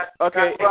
okay